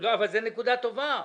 זו נקודה טובה.